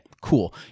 Cool